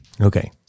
Okay